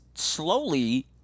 Slowly